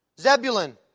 Zebulun